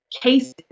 cases